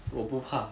我不怕